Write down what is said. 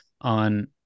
on